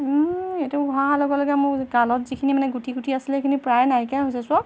এইটো ঘঁহাৰ লগে লগে মোৰ গালত যিখিনি মানে গুটি গুটি আছিলে সেইখিনি প্ৰায় নাইকিয়া হৈছে চোৱা